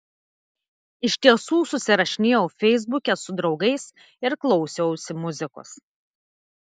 iš tiesų susirašinėjau feisbuke su draugais ir klausiausi muzikos